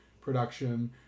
production